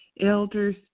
elders